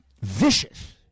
vicious